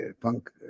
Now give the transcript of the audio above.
punk